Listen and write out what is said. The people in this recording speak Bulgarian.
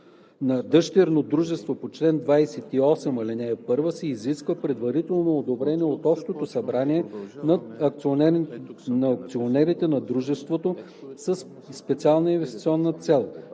на дъщерно дружество по чл. 28, ал. 1 се изисква допълнително одобрение от общото събрание на акционерите на дружеството със специална инвестиционна цел.“